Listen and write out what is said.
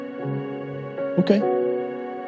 Okay